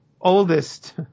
oldest